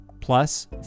plus